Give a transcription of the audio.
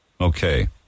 Okay